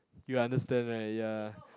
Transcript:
you understand right ya